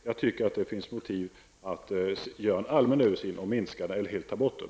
Jag anser att det finns motiv till att göra en allmän översyn och minska flyttskatten eller helt ta bort den.